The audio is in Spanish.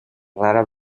rara